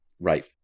Right